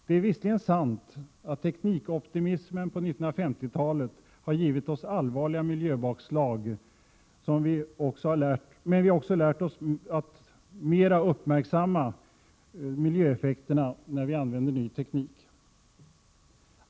Det är visserligen sant att teknikoptimismen på 1950-talet har givit oss allvarliga miljöbakslag, men vi har också lärt oss att vara mer uppmärksamma på miljöeffekterna när vi använder ny teknik.